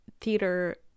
theater